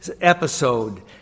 episode